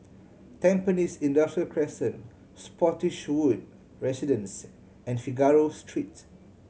Tampines Industrial Crescent Spottiswoode Residences and Figaro Street